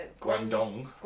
Guangdong